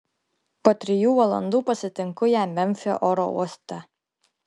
po trijų valandų pasitinku ją memfio oro uoste